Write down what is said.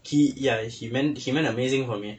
he ya he meant he meant amazing for me